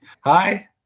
hi